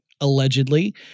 allegedly